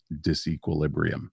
disequilibrium